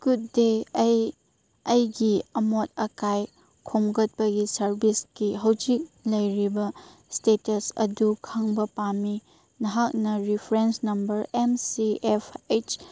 good day ꯑꯩ ꯑꯩꯒꯤ ꯑꯃꯣꯠ ꯑꯀꯥꯏ ꯈꯣꯝꯒꯠꯄꯒꯤ ꯁꯥꯔꯕꯤꯁꯀꯤ ꯍꯧꯖꯤꯛ ꯂꯩꯔꯤꯕ ꯏꯁꯇꯦꯇꯁ ꯑꯗꯨ ꯈꯪꯕ ꯄꯥꯝꯃꯤ ꯅꯍꯥꯛꯅ reference number M C F ꯑꯩꯁ